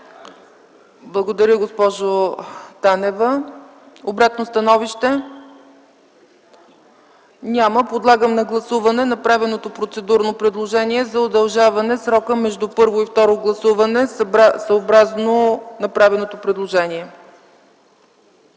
Благодаря, госпожо Танева. Обратно становище? Няма. Подлагам на гласуване направеното процедурно предложение за удължаване на срока между първо и второ гласуване, съобразно направеното предложение.